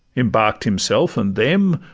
embark'd himself and them,